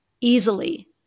easily